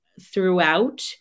throughout